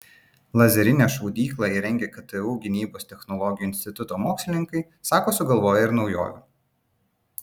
lazerinę šaudyklą įrengę ktu gynybos technologijų instituto mokslininkai sako sugalvoję ir naujovių